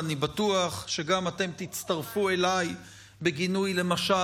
ואני בטוח שגם אתם תצטרפו אליי בגינוי למשל